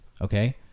Okay